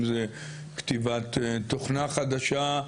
אם זו כתיבת תוכנה חדשה.